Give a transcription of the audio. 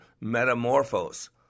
metamorphose